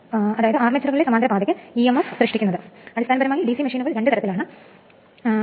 അതിനാൽ അടുത്തതായി 3 phase induction മെഷീനായി ആരംഭിക്കാം